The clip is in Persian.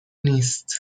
نیست